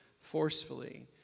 forcefully